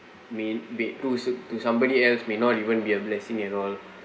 may may to to somebody else may not even be a blessing at all